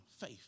faith